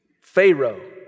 Pharaoh